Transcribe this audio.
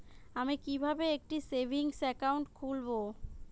আমি কিভাবে একটি সেভিংস অ্যাকাউন্ট খুলব?